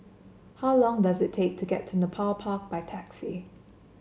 how long does it take to get to Nepal Park by taxi